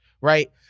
right